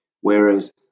Whereas